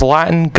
Latin